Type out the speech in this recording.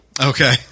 Okay